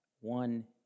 One